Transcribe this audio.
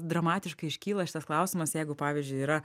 dramatiškai iškyla šitas klausimas jeigu pavyzdžiui yra